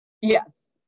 Yes